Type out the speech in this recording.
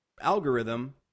algorithm